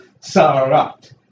sarat